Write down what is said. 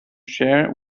share